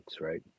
right